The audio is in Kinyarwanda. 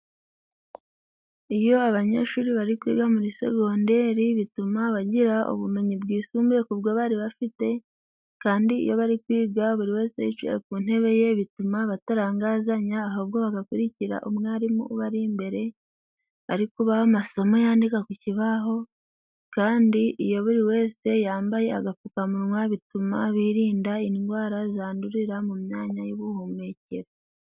Iyo abanyeshuri bari kwiga muri segonderi bituma bagira ubumenyi bwisumbuye ku bwo bari bafite, kandi iyo bari kwiga buri wese yicaye ku ntebe ye bituma batarangazanya ahubwo bagakurikira umwarimu ubari imbere ari kubaha amasomo yandika ku kibaho, kandi iyo buri wese yambaye agapfukamunwa bituma birinda indwara zandurira mu myanya y'ubuhumekero.